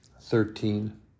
thirteen